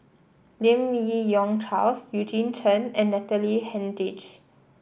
Lim Yi Yong Charles Eugene Chen and Natalie Hennedige